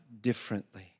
differently